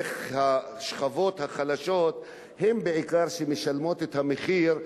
איך השכבות החלשות הן אלה שבעיקר משלמות את המחיר.